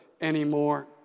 anymore